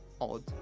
odd